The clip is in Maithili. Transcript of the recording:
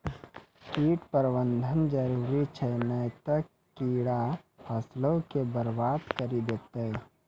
कीट प्रबंधन जरुरी छै नै त कीड़ा फसलो के बरबाद करि देतै